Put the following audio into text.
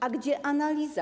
A gdzie analiza?